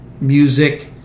music